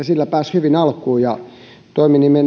sillä pääsi hyvin alkuun ja toiminimen